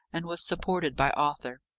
and was supported by arthur.